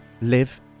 live